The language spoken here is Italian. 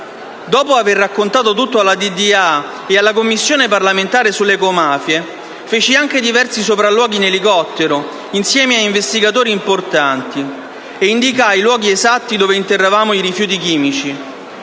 Dopo aver raccontato tutto alla DDA e alla Commissione parlamentare sulle ecomafie, feci anche diversi sopralluoghi in elicottero insieme a investigatori importanti, e indicai i luoghi esatti dove interravamo i rifiuti chimici.